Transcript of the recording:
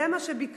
זה מה שביקשתי.